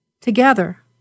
Together